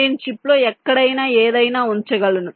నేను చిప్లో ఎక్కడైనా ఏదైనా ఉంచగలను